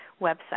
website